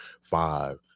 five